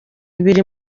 ibiri